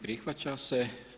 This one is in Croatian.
Prihvaća se.